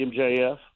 MJF